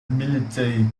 military